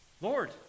Lord